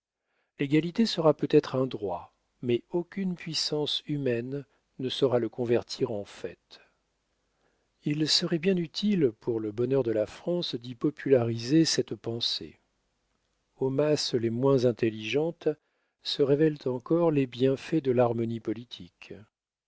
l'égalité sera peut-être un droit mais aucune puissance humaine ne saura le convertir en fait il serait bien utile pour le bonheur de la france d'y populariser cette pensée aux masses les moins intelligentes se révèlent encore les bienfaits de l'harmonie politique